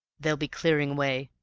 they'll be clearing away.